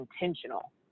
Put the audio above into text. intentional